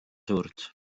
suurt